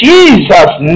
Jesus